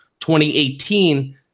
2018